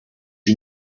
you